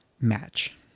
match